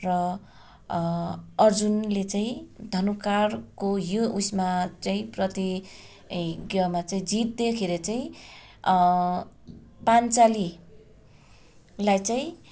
र अर्जुनले चाहिँ धनुकाँडको यो उइसमा चाहिँ प्रतिज्ञामा चाहिँ जित्दाखेरि चाहिँ पाञ्चालीलाई चाहिँ